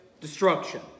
Destruction